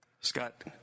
Scott